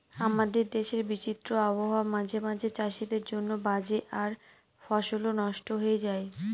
আমাদের দেশের বিচিত্র আবহাওয়া মাঝে মাঝে চাষীদের জন্য বাজে আর ফসলও নস্ট হয়ে যায়